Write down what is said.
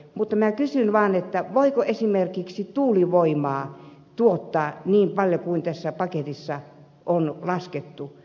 mutta kysyn kuitenkin voiko esimerkiksi tuulivoimaa tuottaa niin paljon kuin tässä paketissa on laskettu